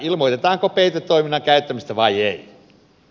ilmoitetaanko peitetoiminnan käyttämistä vai ei